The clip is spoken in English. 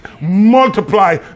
multiply